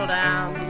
down